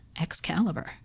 Excalibur